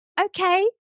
okay